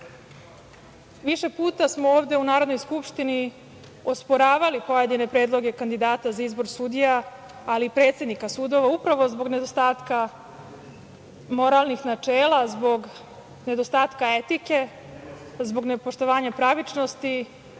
puta smo ovde u Narodnoj skupštini osporavali pojedine predloge kandidata za izbor sudija, ali i predsednika sudova, upravo zbog nedostatka moralnih načela, zbog nedostatka etike, zbog nepoštovanja pravičnosti,